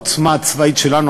העוצמה הצבאית שלנו,